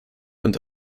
und